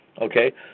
Okay